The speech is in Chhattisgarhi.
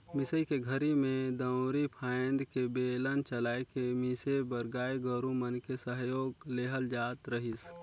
मिसई के घरी में दउंरी फ़ायन्द के बेलन चलाय के मिसे बर गाय गोरु मन के सहयोग लेहल जात रहीस